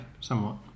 somewhat